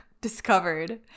discovered